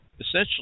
essentially